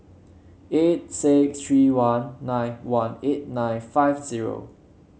eight six three one nine one eight nine five zero